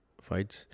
fights